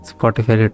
Spotify